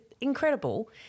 incredible